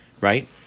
right